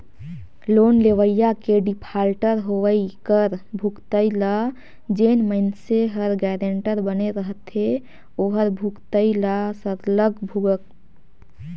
loan लेवइया के defaulter होवई कर भुगतई ल जेन मइनसे हर गारंटर बने रहथे ओहर भुगतई ल सरलग भुगतथे